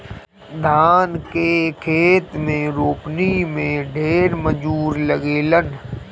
धान के खेत में रोपनी में ढेर मजूर लागेलन